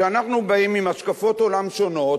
אנחנו באים עם השקפות עולם שונות,